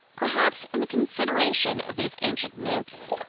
perhaps in the consideration of these ancient myths,